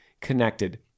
connected